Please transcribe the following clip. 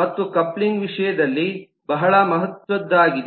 ಮತ್ತು ಕಪ್ಲಿಂಗ್ ವಿಷಯದಲ್ಲಿ ಬಹಳ ಮಹತ್ವದ್ದಾಗಿದೆ